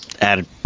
added